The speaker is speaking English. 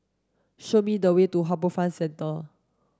show me the way to HarbourFront Centre